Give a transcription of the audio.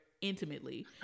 intimately